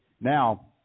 Now